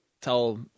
tell